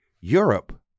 Europe